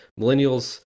millennials